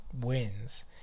wins